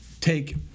take